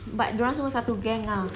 but dia orang semua satu gang lah